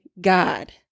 God